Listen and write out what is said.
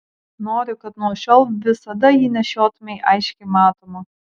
noriu kad nuo šiol visada jį nešiotumei aiškiai matomą